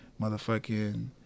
Motherfucking